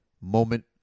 moment